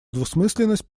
двусмысленность